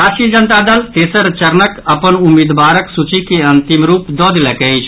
राष्ट्रीय जनता दल तेसर चरणक अपन उम्मीदवारक सूची के अंतिम रूप दऽ देलक अछि